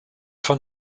von